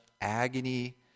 agony